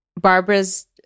Barbara's